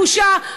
בושה.